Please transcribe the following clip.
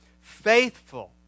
faithful